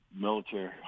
military